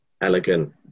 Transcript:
elegant